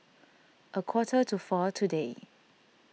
a quarter to four today